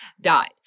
died